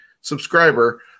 subscriber